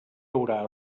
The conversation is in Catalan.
haurà